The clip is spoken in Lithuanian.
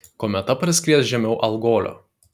kometa praskries žemiau algolio